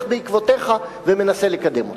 הולך היום בעקבותיך ומנסה לקדם אותו.